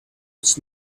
was